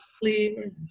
clear